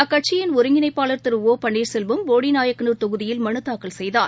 அக்கட்சியின் ஒருங்கிணைப்பாளர் திரு ஒ பன்னீர்செல்வம் போடிநாயக்கலுர் தொகுதியில் மலு தாக்கல் செய்தார்